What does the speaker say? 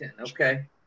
Okay